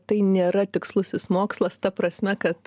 tai nėra tikslusis mokslas ta prasme kad